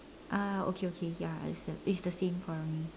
ah okay okay ya it's the it's the same for me